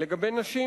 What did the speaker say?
לגבי נשים,